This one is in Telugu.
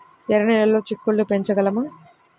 ఎర్ర నెలలో చిక్కుళ్ళు పెంచగలమా?